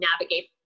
navigate